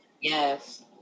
Yes